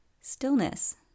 stillness